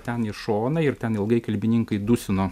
ten į šoną ir ten ilgai kalbininkai dusino